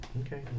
Okay